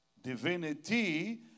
Divinity